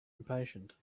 impatient